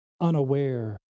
Unaware